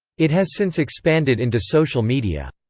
it has since expanded into social media.